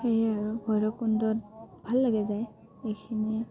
সেয়ে আৰু ভৈৰৱকুণ্ডত ভাল লাগে যায় এইখিনিয়ে